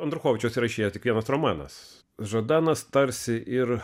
andruchovičiaus įrašyti tik vienas romanas žadanas tarsi ir